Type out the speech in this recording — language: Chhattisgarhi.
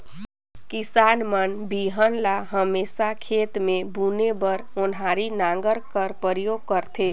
किसान मन बीहन ल हमेसा खेत मे बुने बर ओन्हारी नांगर कर परियोग करथे